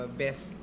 best